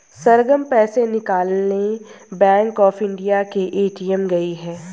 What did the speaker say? सरगम पैसे निकालने bank of India के ए.टी.एम गई है